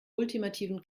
ultimativen